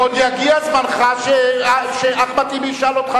עוד יגיע זמנך שאחמד טיבי ישאל אותך.